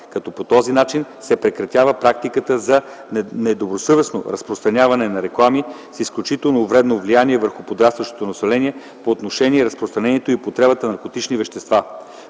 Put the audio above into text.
като по този начин се прекратява практиката за недобросъвестно разпространяване на реклами с изключително вредно влияние върху подрастващото население по отношение разпространението и употребата на наркотични вещества.